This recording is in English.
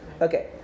Okay